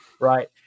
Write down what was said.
Right